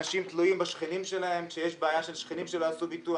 אנשים תלויים בשכנים שלהם וכאשר יש בעיה של שכנים שלא עשו ביטוח,